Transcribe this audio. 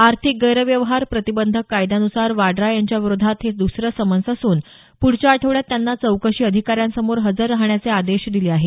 आर्थिक गैरव्यवहार प्रतिबंधक कायद्यान्सार वाड्रा यांच्याविरोधात हे द्सरं समन्स असून पुढच्या आठवड्यात त्यांना चौकशी अधिकाऱ्यांसमोर हजर राहण्याचे आदेश दिले आहेत